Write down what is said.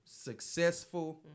successful